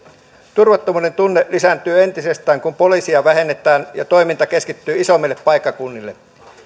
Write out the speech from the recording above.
turvattomuuden tunne lisääntyy entisestään kun poliiseja vähennetään ja toiminta keskittyy isommille paikkakunnille